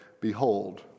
behold